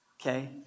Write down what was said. okay